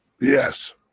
yes